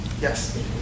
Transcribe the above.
Yes